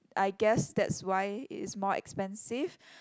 I guess that's why it's more expensive